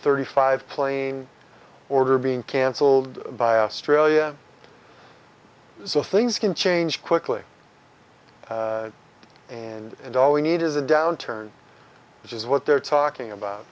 thirty five plane order being cancelled by australia so things can change quickly and all we need is a downturn which is what they're talking about